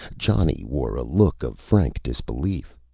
johnny wore a look of frank disbelief.